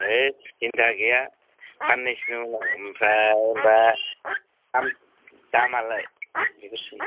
है सिन्था गैया सान्नैसोनि उनाव ओमफ्राय होनबा दाम दामालाय बेखौ सों